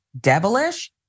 devilish